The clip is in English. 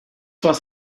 was